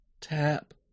Tap